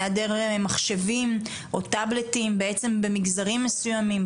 היעדר מחשבים או טבלטים במגזרים מסויימים,